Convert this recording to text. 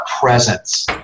presence